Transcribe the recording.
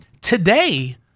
today